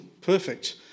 Perfect